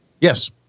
Yes